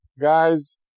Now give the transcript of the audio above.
guys